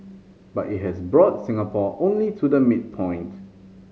but it has brought Singapore only to the midpoint